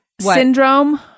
syndrome